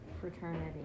fraternity